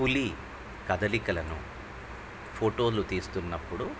పులి కదలికలను ఫోటోలు తీస్తున్నప్పుడు